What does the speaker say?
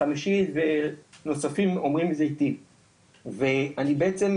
חמישית ונוספים אומרים את זה איתי ואני בעצם,